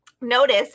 notice